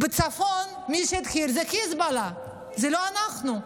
בצפון מי שהתחיל הוא חיזבאללה, לא אנחנו.